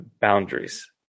Boundaries